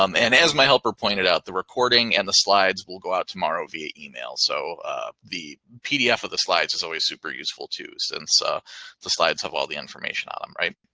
um and as my helper pointed out, the recording and the slides will go out tomorrow via email. so the pdf of the slides is always super useful to since ah the slides have all the information on them.